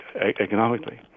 economically